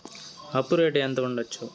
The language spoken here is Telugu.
ఆవు రేటు ఎంత ఉండచ్చు?